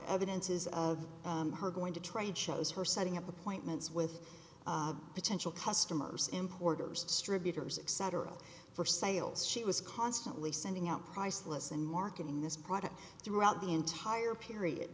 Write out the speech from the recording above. evidences of her going to trade shows her setting up appointments with potential customers importers distributors except her oil for sales she was constantly sending out priceless and marketing this product throughout the entire period